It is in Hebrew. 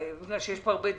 יש כאן הרבה דברים.